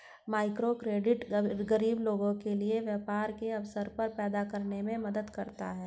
microcredit गरीब लोगों के लिए व्यापार के अवसर पैदा करने में मदद करता है